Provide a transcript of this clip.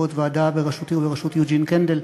בעקבות ועדה בראשותי ובראשות יוג'ין קנדל,